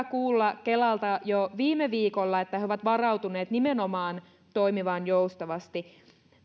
kuulla kelalta jo viime viikolla että he ovat varautuneet nimenomaan toimimaan joustavasti